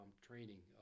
training